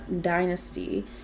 dynasty